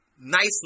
nicely